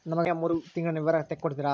ನನಗ ಕೊನೆಯ ಮೂರು ತಿಂಗಳಿನ ವಿವರ ತಕ್ಕೊಡ್ತೇರಾ?